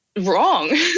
Wrong